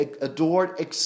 adored